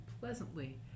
pleasantly